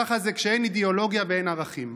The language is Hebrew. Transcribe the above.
ככה זה כשאין אידיאולוגיה ואין ערכים.